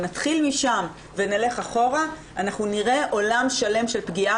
אם נתחיל משם ונלך אחורה אנחנו נראה עולם שלם של פגיעה